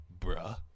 bruh